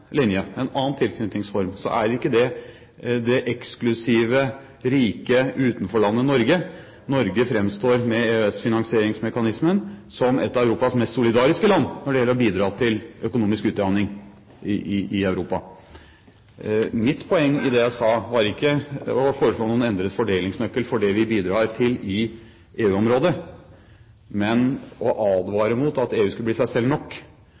en annen tilknytningsform, er ikke det det eksklusive, rike utenforlandet Norge. Med EØS-finansieringsmekanismen framstår Norge som et av Europas mest solidariske land når det gjelder å bidra til økonomisk utjamning i Europa. Mitt poeng i det jeg sa, var ikke å foreslå noen endret fordelingsnøkkel for det vi bidrar med i EU-området, men å advare mot at EU skulle bli seg selv nok